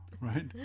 Right